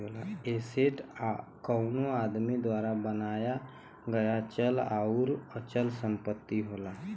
asset कउनो आदमी द्वारा बनाया गया चल आउर अचल संपत्ति होला